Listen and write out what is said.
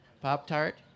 Pop-Tart